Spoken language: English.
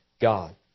God